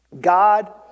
God